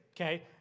Okay